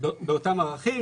באותם ערכים.